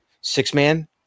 six-man